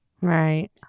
Right